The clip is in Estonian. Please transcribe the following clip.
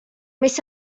mis